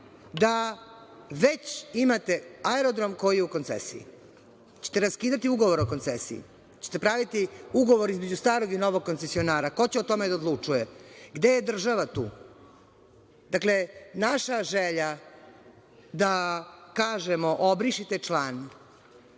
da već imate aerodrom koji je u koncesiji? Hoćete raskidati ugovor o koncesiji? Hoćete praviti ugovor između starog i novog koncesionara? Ko će o tome da odlučuje? Gde je država tu? Dakle, naša želja da kažemo - obrišite član